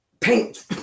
paint